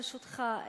ברשותך,